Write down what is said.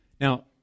Now